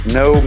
no